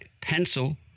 pencil